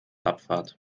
abfahrt